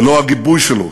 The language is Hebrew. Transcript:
ללא הגיבוי שלו